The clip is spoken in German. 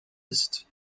ist